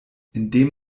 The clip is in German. indem